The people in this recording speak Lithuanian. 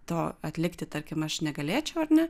to atlikti tarkim aš negalėčiau ar ne